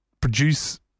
produce